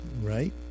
right